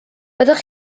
byddwch